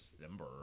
December